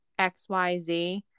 xyz